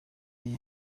iyi